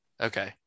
Okay